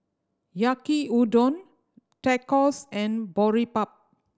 Yaki Udon Tacos and Boribap